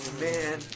man